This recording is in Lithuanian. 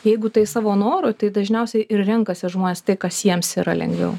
jeigu tai savo noru tai dažniausiai ir renkasi žmonės tai kas jiems yra lengviau